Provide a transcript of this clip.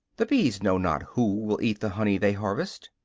the bees know not who will eat the honey they harvest,